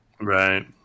right